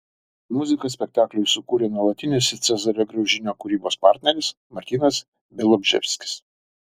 muziką spektakliui sukūrė nuolatinis cezario graužinio kūrybos partneris martynas bialobžeskis